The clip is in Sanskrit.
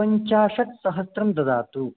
पञ्चाशत्सहस्रं ददातु